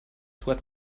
soit